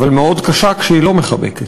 אבל מאוד קשה כשהיא לא מחבקת.